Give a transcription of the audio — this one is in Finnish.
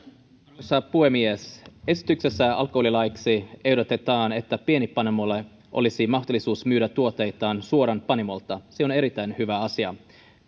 arvoisa puhemies esityksessä alkoholilaiksi ehdotetaan että pienpanimoilla olisi mahdollisuus myydä tuotteitaan suoraan panimolta se on erittäin hyvä asia